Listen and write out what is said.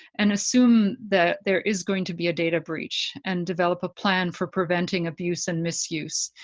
and assume that there is going to be a data breach and develop a plan for preventing abuse and misuse.